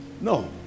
No